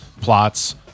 plots